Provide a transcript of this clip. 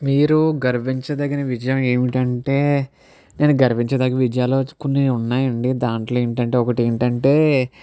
మీరు గర్వించదగిన విజయం ఏమిటంటే నేను గర్వించదగిన విజయాల్లో కొన్ని ఉన్నాయండీ దాంట్లో ఏంటంటే ఒకటేంటంటే